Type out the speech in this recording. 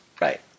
right